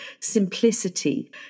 simplicity